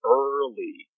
early